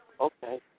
Okay